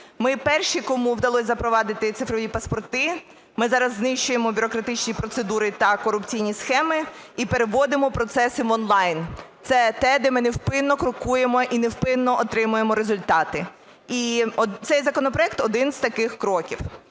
Ми перші, кому вдалось запровадити цифрові паспорти, ми зараз знищуємо бюрократичні процедури та корупційні схеми і переводимо процеси в онлайн. Це те, де ми невпинно крокуємо і невпинно отримуємо результати. І цей законопроект один з таких кроків.